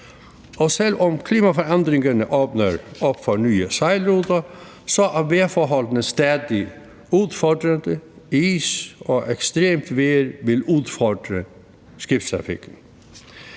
Og selv om klimaforandringerne åbner op for nye sejlruter, er vejrforholdene stadig udfordrede – is og ekstremt vejr vil udfordre skibstrafikken.